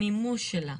המימוש שלה,